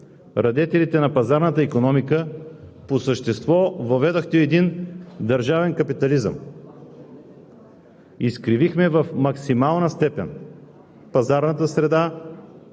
радетелите на пазарната икономика, по същество въведохте един държавен капитализъм. Изкривихме в максимална степен пазарната среда